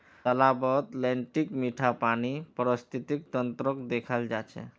तालाबत लेन्टीक मीठा पानीर पारिस्थितिक तंत्रक देखाल जा छे